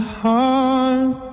heart